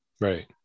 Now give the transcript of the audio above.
Right